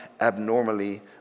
abnormally